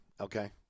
okay